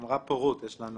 אמרה פה רות, יש לנו